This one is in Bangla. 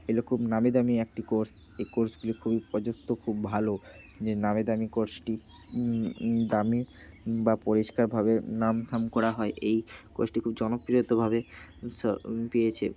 এগুলো খুব নামী দামি একটি কোর্স এ কোর্সগুলি খুবই প্রযুক্ত খুব ভালো যে নামী দামি কোর্সটি দামি বা পরিষ্কারভাবে নাম থাম করা হয় এই কোর্সটি খুব জনপ্রিয়ভাবে পেয়েছে